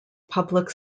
public